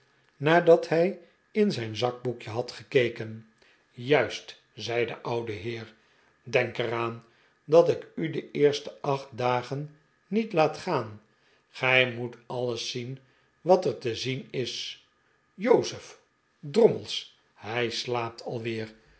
nadat hij in zijn zakboekje had ge keken juist zei de oude heer denk er aan dat ik u de eerste acht dagen niet laat gaan gij moet alles zien wat er te zien is jozef drommels hij slaapt alweer